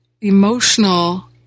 emotional